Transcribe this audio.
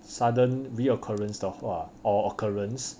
sudden re-occurrence 的话 or occurrence